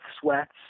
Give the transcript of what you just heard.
sweats